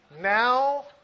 Now